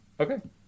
Okay